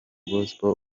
gospel